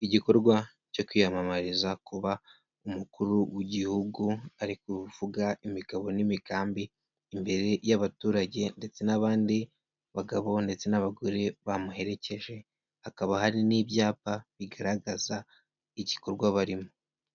Igikorwa cyo kwiyamamariza kuba umukuru w'igihugu, ari kuvuga imigabo n'imigambi imbere y'abaturage ndetse n'abandi bagabo ndetse n'abagore bamuherekeje, hakaba hari n'ibyapa bigaragaza igikorwa barimo.